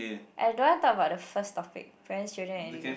I don't want talk about the first topic friends children and education